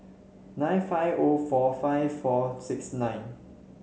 nine five O four five four six nine